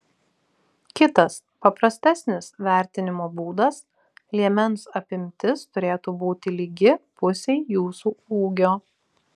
kitas paprastesnis vertinimo būdas liemens apimtis turėtų būti lygi pusei jūsų ūgio